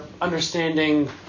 understanding